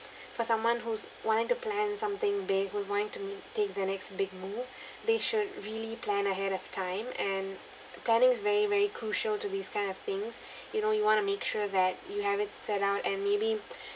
for someone who's wanting to plan something big who's wanting to take the next big move they should really plan ahead of time and planning's very very crucial to these kind of things you know you want to make sure that you have it set out and maybe